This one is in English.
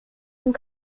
some